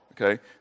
okay